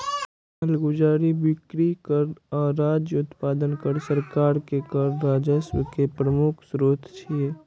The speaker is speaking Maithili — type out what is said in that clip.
मालगुजारी, बिक्री कर आ राज्य उत्पादन कर सरकार के कर राजस्व के प्रमुख स्रोत छियै